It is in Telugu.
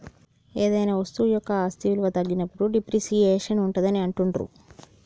ఏదైనా వస్తువు యొక్క ఆస్తి విలువ తగ్గినప్పుడు డిప్రిసియేషన్ ఉంటాదని అంటుండ్రు